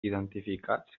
identificats